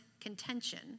contention